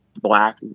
black